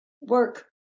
work